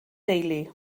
deulu